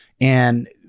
And-